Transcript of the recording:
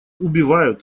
убивают